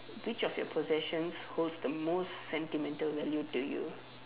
which of your prossessions holds the most sentimental value to you